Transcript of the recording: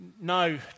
No